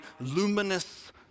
luminous